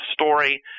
story